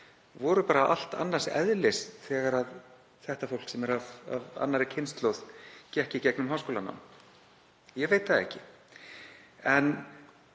voru bara allt annars eðlis þegar þetta fólk, sem er af annarri kynslóð, gekk í gegnum háskólanám. Ég veit það ekki. En